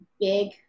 big